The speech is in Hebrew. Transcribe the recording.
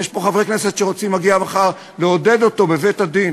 ויש פה חברי כנסת שרוצים להגיע מחר לעודד אותו בבית-הדין.